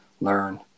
learn